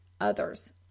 others